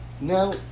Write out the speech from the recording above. Now